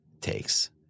takes